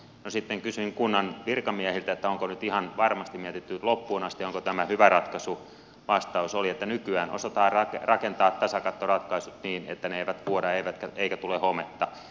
no sitten kysyin kunnan virkamiehiltä että onko nyt ihan varmasti mietitty loppuun asti onko tämä hyvä ratkaisu niin vastaus oli että nykyään osataan rakentaa tasakattoratkaisut niin että ne eivät vuoda eikä tule hometta